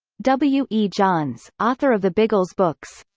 w. e. johns, author of the biggles books